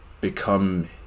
become